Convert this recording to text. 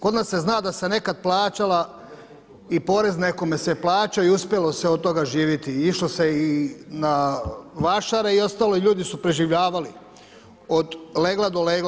Kod nas se zna da se nekad plaćala i porez nekome se plaćao i uspjelo se od toga živjeti i išlo se i na vašare i ostalo, ljudi su preživljavali od legla do legla.